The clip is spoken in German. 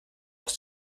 aus